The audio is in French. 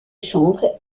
chanvre